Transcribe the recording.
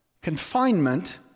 confinement